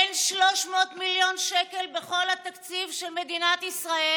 אין 300 מיליון שקל בכל התקציב של מדינת ישראל?